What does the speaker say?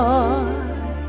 Lord